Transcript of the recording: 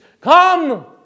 Come